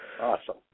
Awesome